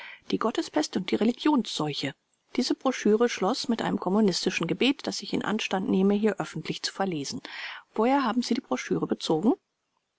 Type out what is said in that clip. die gottespest und die religionsseuche diese broschüre schloß mit einem kommunistischen gebet das ich anstand nehme hier öffentlich zu verlesen woher haben sie die broschüre bezogen